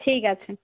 ঠিক আছে